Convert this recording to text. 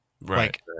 Right